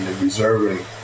reserving